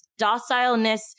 docileness